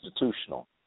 institutional